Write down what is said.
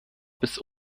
bis